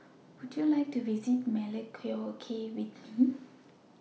Would YOU like to visit Melekeok with Me